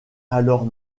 alors